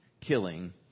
killing